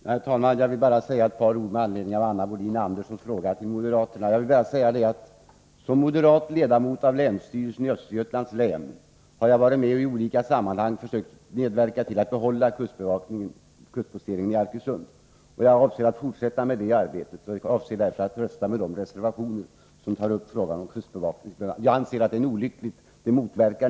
Herr talman! Jag vill bara säga ett par ord med anledning av Anna Wohlin-Anderssons fråga till moderaterna. Såsom moderat ledamot av länsstyrelsen i Östergötlands län har jag i olika sammanhang försökt medverka till att behålla kustposteringen i Arkösund. Jag avser att fortsätta med detta arbete och ämnar därför rösta med de reservationer som tar upp frågan om kustbevakningen. Jag anser att en indragning i detta fall är olycklig.